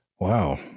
Wow